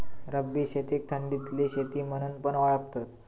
रब्बी शेतीक थंडीतली शेती म्हणून पण ओळखतत